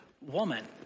woman